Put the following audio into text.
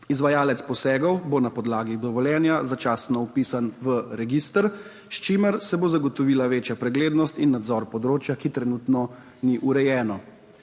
Izvajalec posegov bo na podlagi dovoljenja začasno vpisan v register, s čimer se bo zagotovila večja preglednost in nadzor področja, ki trenutno ni urejeno.